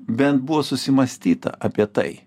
bent buvo susimąstyta apie tai